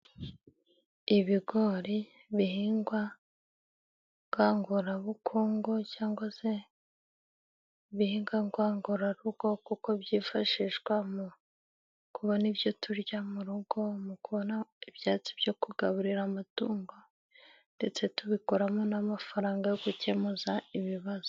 Ibigori ibihingwa ngangurabukungu cyangwa se ibihingwa ngangurarugo, kuko byifashishwa mu kubona ibyo turya mu rugo, mu kubona ibyatsi byo kugaburira amatungo ndetse tubikuramo n'amafaranga yo gukemuza ibibazo.